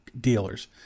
dealers